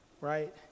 right